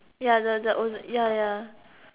ya the the oh ya ya